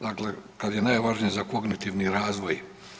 Dakle, kad je najvažnije za kognitivni razvoj.